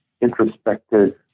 introspective